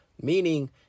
Meaning